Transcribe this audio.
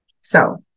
So-